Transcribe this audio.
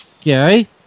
Gary